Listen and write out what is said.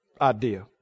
idea